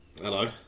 Hello